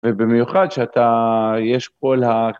ובמיוחד שאתה, יש כל ה...